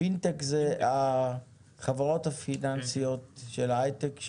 פינטק זה החברות הפיננסיות של ההייטק,